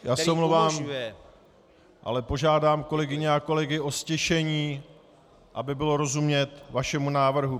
Já se omlouvám, ale požádám kolegyně a kolegy o ztišení, aby bylo rozumět vašemu návrhu.